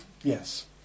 Yes